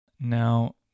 Now